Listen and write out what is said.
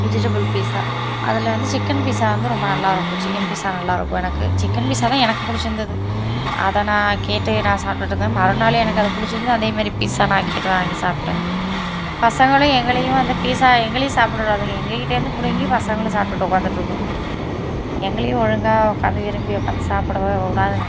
vegetable pizza அதில் வந்து chicken pizza வந்து ரொம்ப நல்லாயிருக்கும் சிக்கன் பீஸா நல்லாயிருக்கும் எனக்கு சிக்கன் பீஸா தான் எனக்கு பிடிச்சிருந்துது அதை நான் கேட்டு நான் சாப்பிட்டுட்ருந்தேன் மறுநாள் எனக்கு அது பிடிச்சிருந்துது அதே மாரி பீஸா நான் கேட்டு வாங்கி சாப்பிட்டேன் பசங்களையும் எங்களையும் வந்து பீஸா எங்களையும் சாப்பிட விடாதுங்க எங்கள்கிட்டேருந்தும் பிடிங்கி பசங்களும் சாப்பிட்டு உக்கார்ந்துட்ருக்குங்க எங்களையும் ஒழுங்காக உக்காந்து விரும்பி உக்காந்து சாப்பிடவே விடாதுங்க